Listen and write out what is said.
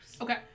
Okay